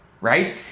right